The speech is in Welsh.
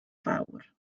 fawr